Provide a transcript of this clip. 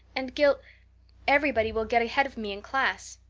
and gil everybody will get ahead of me in class.